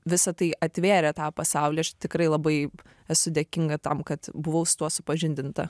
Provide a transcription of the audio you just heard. visa tai atvėrė tą pasaulį aš tikrai labai esu dėkinga tam kad buvau su tuo supažindinta